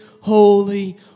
holy